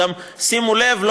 שימו לב,